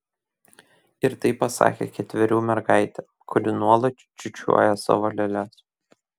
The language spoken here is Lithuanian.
ir tai pasakė ketverių mergaitė kuri nuolat čiūčiuoja savo lėles